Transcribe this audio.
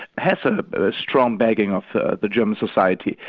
has a strong backing of the german society,